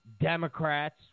Democrats